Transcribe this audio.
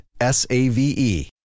S-A-V-E